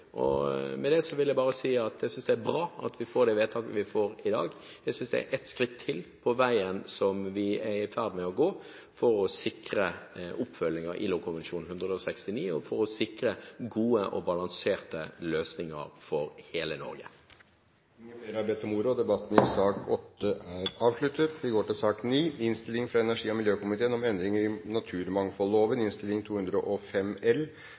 jobb. Med dette vil jeg si at jeg synes det er bra at vi får dette vedtaket i dag. Jeg synes det er ett skritt til på veien som vi er i ferd med å gå, for å sikre oppfølging av ILO-konvensjonen nr. 169 og for å sikre gode og balanserte løsninger for hele Norge. Flere har ikke bedt om ordet til sak nr. 8. Etter ønske fra energi- og miljøkomiteen